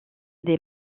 des